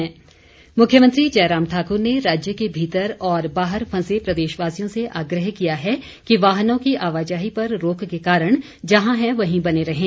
मुख्यमंत्री मुख्यमंत्री जयराम ठाक्र ने राज्य के भीतर और बाहर फंसे प्रदेशवासियों से आग्रह किया है कि वाहनों की आवाजाही पर रोक के कारण जहां हैं वहीं बने रहें